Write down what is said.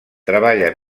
treballa